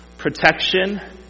protection